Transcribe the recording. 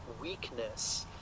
weakness